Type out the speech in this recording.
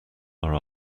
are